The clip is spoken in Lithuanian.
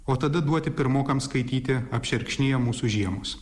o tada duoti pirmokams skaityti apšerkšniję mūsų žiemos